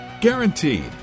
Guaranteed